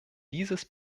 dieses